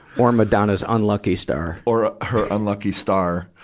or madonna's unlucky star. or her unlucky star.